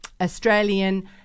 Australian